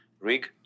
rig